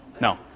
No